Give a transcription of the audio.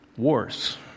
Wars